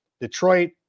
Detroit